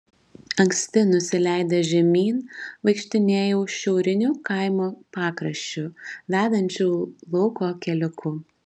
anksti nusileidęs žemyn vaikštinėjau šiauriniu kaimo pakraščiu vedančiu lauko keliuku